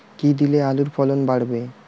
কী দিলে আলুর ফলন বাড়বে?